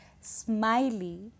smiley